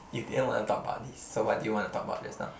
you didn't want to talk about this so what did you want to talk about just now